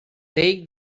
take